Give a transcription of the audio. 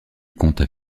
comptes